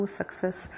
success